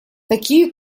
такие